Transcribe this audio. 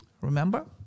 Remember